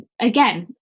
again